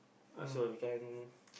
uh so we can